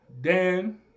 Dan